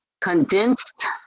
condensed